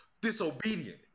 disobedient